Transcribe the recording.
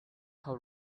how